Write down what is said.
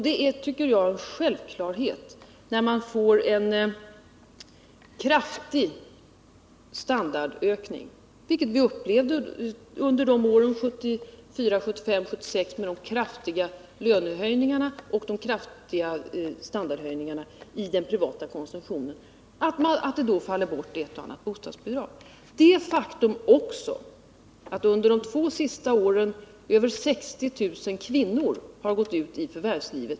Det är, tycker jag, en självklarhet att det faller bort ett och annat bostadsbidrag när man får en kraftig standardökning, vilket vi upplevde under åren 1974—1976 till följd av de kraftiga lönehöjningarna och de kraftiga ökningarna av den privata konsumtionen. Under de två senaste åren har över 60 000 kvinnor gått ut i förvärvslivet.